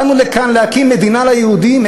באנו לכאן להקים מדינה ליהודים.